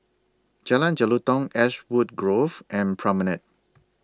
Jalan Jelutong Ashwood Grove and Promenade